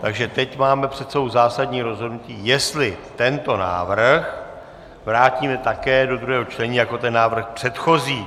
Takže teď máme před sebou zásadní rozhodnutí, jestli tento návrh vrátíme také do druhého čtení jako ten návrh předchozí.